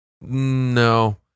No